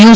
you